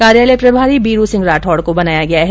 कार्यालय प्रभारी बीरु सिंह राठौड़ को बनाया गया है